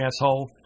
asshole